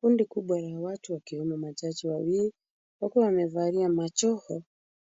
Kundi kubwa ya watu wakiwemo majaji wawili, wakiwa wamevalia majoho